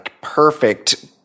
perfect-